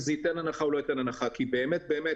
שיהיה איזה באפר שלא מאפשר לאנשים לעבור לדרגה אחרת.